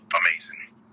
amazing